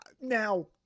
now